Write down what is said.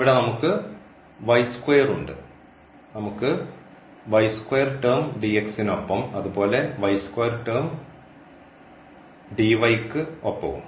ഇവിടെ നമുക്ക് ഉണ്ട് നമുക്ക് ടേം നൊപ്പം അതുപോലെ ടേം ക്ക് ഒപ്പവും